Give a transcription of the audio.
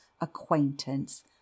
acquaintance